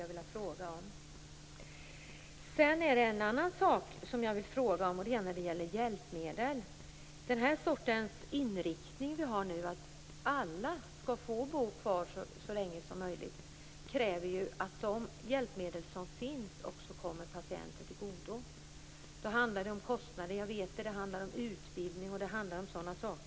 Jag vill också ställa en annan fråga som gäller hjälpmedel. Den sortens inriktning som vi har nu, att alla skall få bo kvar så länge som möjligt, kräver att de hjälpmedel som finns också kommer patienten till godo. Jag vet att det handlar om kostnader, utbildning och annat.